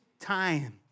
time